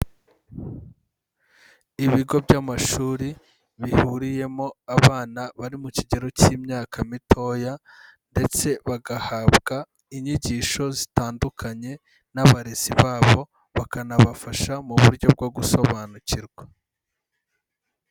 Ibigo by'amashuri bihuriyemo abana bari mu kigero k'imyaka mitoya ndetse bagahabwa inyigisho zitandukanye n'abarezi babo, bakanabafasha mu buryo bwo gusobanukirwa.